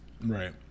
right